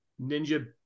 Ninja